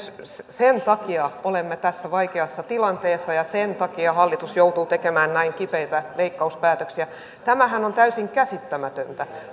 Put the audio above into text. sen takia olemme tässä vaikeassa tilanteessa ja sen takia hallitus joutuu tekemään näin kipeitä leikkauspäätöksiä tämähän on täysin käsittämätöntä